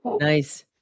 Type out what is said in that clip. Nice